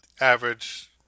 average